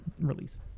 release